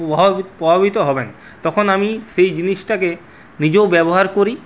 প্রভাবি প্রভাবিত হবেন তখন আমি সেই জিনিসটাকে নিজেও ব্যবহার করি